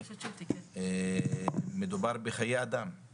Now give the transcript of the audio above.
שרוצים גם אחיות וגם להרחיב את הנושאים ולהרחיב את זה,